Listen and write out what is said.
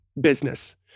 business